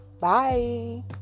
Bye